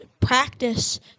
practice